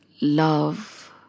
love